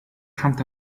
хамт